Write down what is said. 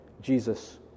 Jesus